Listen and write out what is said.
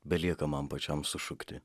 belieka man pačiam sušukti